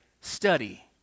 study